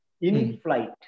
In-flight